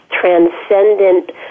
transcendent